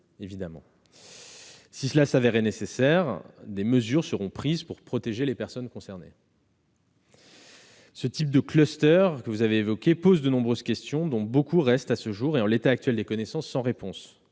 terme. Si cela se révélait nécessaire, des mesures seront prises pour protéger les personnes concernées. Ce type de pose de nombreuses questions, dont beaucoup restent à ce jour, en l'état actuel des connaissances, sans réponse.